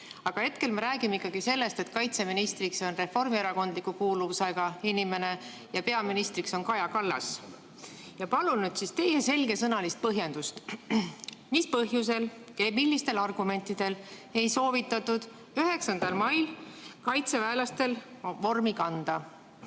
Aga hetkel me räägime ikkagi sellest, et kaitseminister on reformierakondliku kuuluvusega inimene ja peaminister on Kaja Kallas. Palun nüüd teie selgesõnalist põhjendust, millistel argumentidel ei soovitatud 9. mail kaitseväelastel vormi kanda!